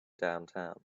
downtown